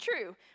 true